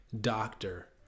doctor